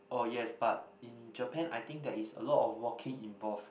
oh yes but in Japan I think there is a lot of walking involved